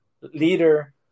leader